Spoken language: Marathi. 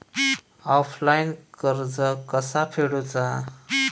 ऑफलाईन कर्ज कसा फेडूचा?